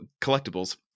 collectibles